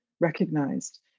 recognized